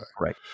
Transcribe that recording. Right